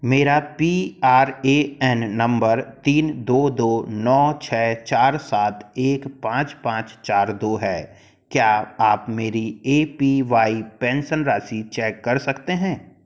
मेरा P R A N number तीन दो दो नौ छः चार सात एक पाँच पाँच चार दो है क्या आप मेरी ए पी वाई पेंशन राशि चेक कर सकते हैं